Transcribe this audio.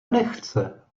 nechce